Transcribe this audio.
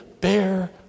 bear